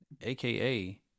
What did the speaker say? aka